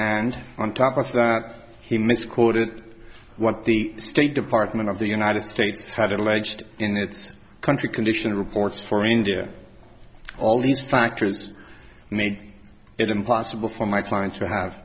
and on top of that he misquoted what the state department of the united states had alleged in its country conditions reports for india all these factors make it impossible for my client to have